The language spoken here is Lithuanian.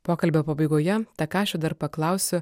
pokalbio pabaigoje takašio dar paklausiu